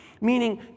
Meaning